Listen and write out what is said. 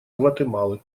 гватемалы